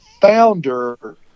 founder